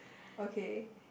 okay